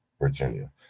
Virginia